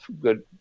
Good